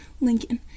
Lincoln